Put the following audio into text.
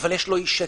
אבל יש לו אי שקט.